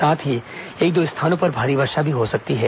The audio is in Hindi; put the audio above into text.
साथ ही एक दो स्थानों पर भारी वर्षा भी हो सकती है